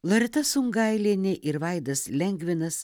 loreta sungailienė ir vaidas lengvinas